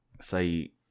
say